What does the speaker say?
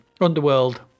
underworld